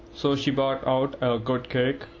so she brought out a good cake,